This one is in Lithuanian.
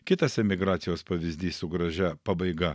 kitas emigracijos pavyzdys su gražia pabaiga